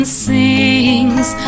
sings